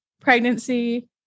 pregnancy